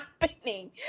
happening